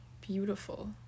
beautiful